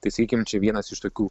tai sakykim čia vienas iš tokių